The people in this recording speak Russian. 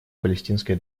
палестинской